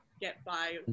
get-by